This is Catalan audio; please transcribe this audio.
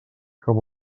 com